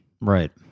Right